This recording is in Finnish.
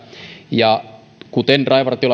kuten rajavartiolaitoksen